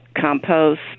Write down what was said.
Compost